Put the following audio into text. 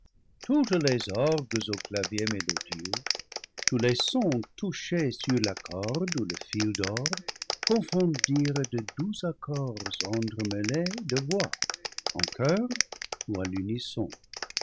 toutes les orgues au clavier mélodieux tous les sons touchés sur la corde ou le fil d'or confondirent de doux accords entre mêlés de voix en choeur ou à l'unisson